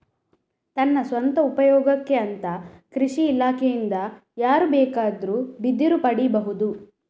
ತನ್ನ ಸ್ವಂತ ಉಪಯೋಗಕ್ಕೆ ಅಂತ ಕೃಷಿ ಇಲಾಖೆಯಿಂದ ಯಾರು ಬೇಕಿದ್ರೂ ಬಿದಿರು ಪಡೀಬಹುದು